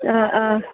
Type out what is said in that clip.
অঁ অঁ